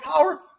power